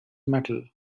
metal